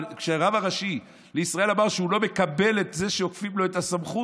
כשהרב הראשי לישראל אמר שהוא לא מקבל את זה שעוקפים לו את הסמכות,